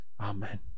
Amen